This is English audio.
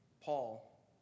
Paul